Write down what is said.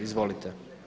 Izvolite.